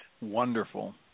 Wonderful